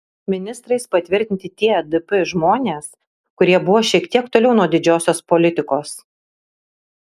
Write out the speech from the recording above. ministrais patvirtinti tie dp žmonės kurie buvo šiek tiek toliau nuo didžiosios politikos